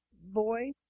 boy